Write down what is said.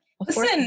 Listen